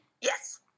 Yes